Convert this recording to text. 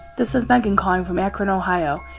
this is megan calling from akron, ohio.